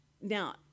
now